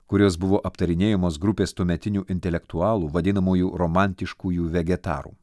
kuris buvo aptarinėjamos grupės tuometinių intelektualų vadinamųjų romantiškųjų vegetarų